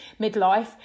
midlife